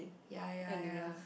ya ya ya